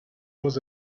was